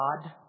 God